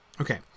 Okay